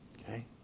okay